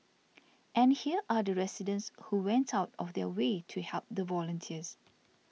and here are the residents who went out of their way to help the volunteers